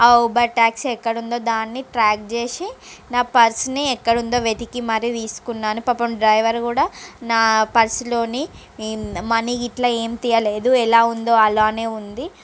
ఆ Uber taxi ఎక్కడ ఉందో దాన్ని ట్రాక్ చేసి నా పర్స్ ని ఎక్కడ ఉందో వెతికి మరి తీసుకున్నాను పాపం డ్రైవర్ కూడా నా పర్సు లోని ఏమి మనీ గిట్ల ఏమి తీయలేదు ఎలా ఉందో అలానే ఉంది